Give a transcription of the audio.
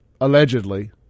allegedly –